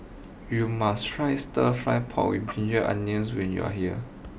you must try Stir Fry Pork with Ginger Onions when you are here